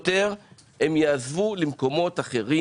הם יעזבו למקומות אחרים.